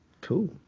Cool